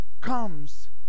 comes